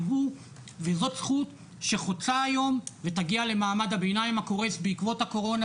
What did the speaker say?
זאת זכות שחוצה היום ותגיע למעמד הביניים הקורס בעקבות הקורונה,